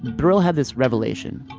brill had this revelation.